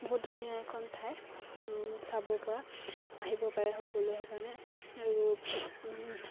বহুত ধুনীয়া এখন ঠাই চাব পৰা আহিব পাৰে সকলোৱে সেইকাৰণে আৰু